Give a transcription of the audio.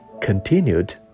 continued